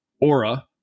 Aura